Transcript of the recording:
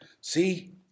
See